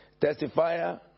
Testifier